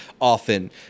often